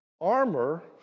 armor